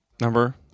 number